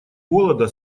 голода